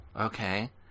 Okay